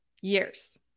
years